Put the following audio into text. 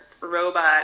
robot